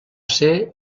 ser